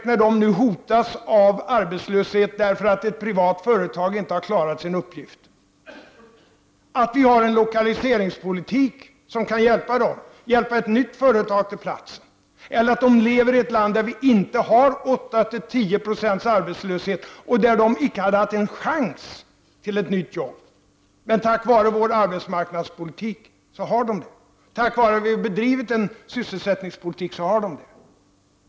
När de nu hotas av arbetslöshet därför att ett privat företag inte har klarat sin uppgift, på vad sätt dödar det deras livsprojekt att vi har en lokaliseringspolitik som kan hjälpa ett nytt företag att komma till platsen eller att vi inte lever i ett land med 8-10 2 arbetslöshet, där de icke hade haft en chans till ett nytt jobb? Tack vare den arbetsmarknadspolitik och den sysselsättningspolitik som vi har bedrivit har de en sådan chans.